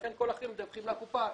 לכן כל האחרים מדווחים לקופה.